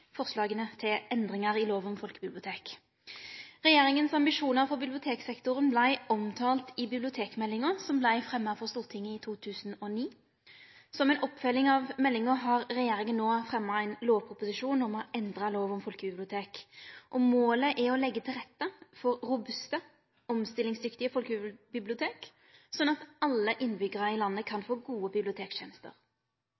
forslaga til endringar i lov om folkebibliotek. Regjeringas ambisjonar for biblioteksektoren vart omtalte i bibliotekmeldinga som vart fremma for Stortinget i 2009. Som ei oppfølging av meldinga har regjeringa nå fremma ein lovproposisjon om å endre lov om folkebibliotek, og målet er å legge til rette for robuste, omstillingsdyktige folkebibliotek slik at alle innbyggarar i landet kan